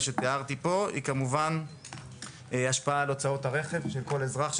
היא כמובן השפעה על הוצאות הרכב של כל אזרח,